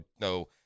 no